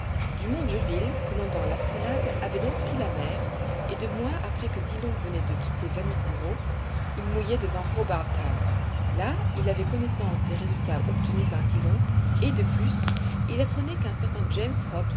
d'urville commandant l'astrolabe avait donc pris la mer et deux mois après que dillon venait de quitter vanikoro il mouillait devant hobart town là il avait connaissance des résultats obtenus par dillon et de plus il apprenait qu'un certain james